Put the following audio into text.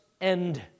end